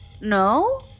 No